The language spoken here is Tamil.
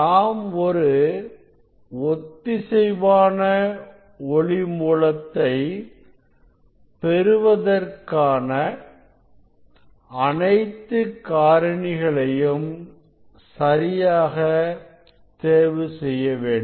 நாம் ஒரு ஒத்திசைவான மொழி மூலத்தை பெறுவதற்கான அனைத்து காரணிகளையும் சரியாக தேர்வு செய்ய வேண்டும்